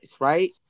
right